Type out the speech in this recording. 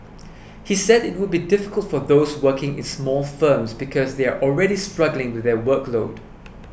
he said it would be difficult for those working is small firms because they are already struggling with their workload